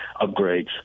upgrades